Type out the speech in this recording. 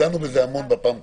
דנו בזה המון בפעם הקודמת.